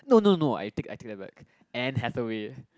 no no no I take I take that back Anne Hathaway